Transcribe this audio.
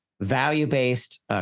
value-based